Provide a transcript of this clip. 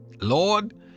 Lord